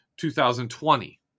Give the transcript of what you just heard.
2020